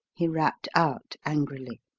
he rapped out angrily.